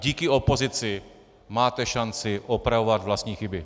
Díky opozici máte šanci opravovat vlastní chyby.